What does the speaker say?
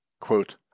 Quote